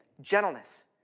gentleness